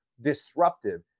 disruptive